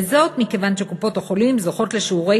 וזאת מכיוון שקופות-החולים זוכות לשיעורי